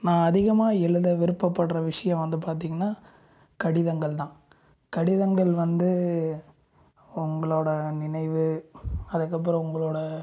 நான் அதிகமாக எழுத விருப்பப்படுகிற விஷயோம் வந்து பார்த்திங்கன்னா கடிதங்கள்தான் கடிதங்கள் வந்து உங்களோட நினைவு அதுக்கப்பறம் உங்களோட